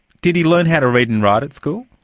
did he learn how to read and write at school?